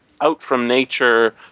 out-from-nature